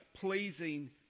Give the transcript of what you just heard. pleasing